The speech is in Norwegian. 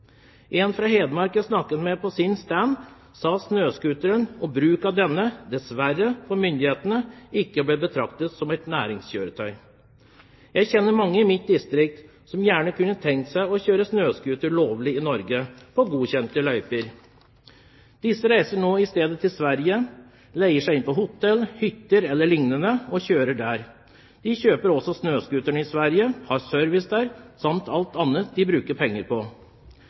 snakket med på en stand, sa at snøscooteren og bruk av denne dessverre ikke ble betraktet som et næringskjøretøy av myndighetene. Jeg kjenner mange i mitt distrikt som gjerne kunne ha tenkt seg å kjøre snøscooter lovlig i Norge, i godkjente løyper. De reiser nå i stedet til Sverige – leier seg inn på hotell, hytter eller lignende og kjører der. De kjøper også snøscooter i Sverige, har service der samt alt annet de bruker penger på.